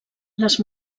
les